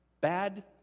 bad